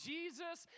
Jesus